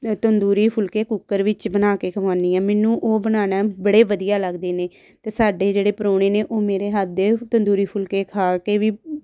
ਤੰਦੂਰੀ ਫੁਲਕੇ ਕੁੱਕਰ ਵਿੱਚ ਬਣਾ ਕੇ ਖਵਾਉਂਦੀ ਹਾਂ ਮੈਨੂੰ ਉਹ ਬਣਾਉਣਾ ਬੜੇ ਵਧੀਆ ਲੱਗਦੇ ਨੇ ਅਤੇ ਸਾਡੇ ਜਿਹੜੇ ਪ੍ਰਾਹੁਣੇ ਨੇ ਉਹ ਮੇਰੇ ਹੱਥ ਦੇ ਤੰਦੂਰੀ ਫੁਲਕੇ ਖਾ ਕੇ ਵੀ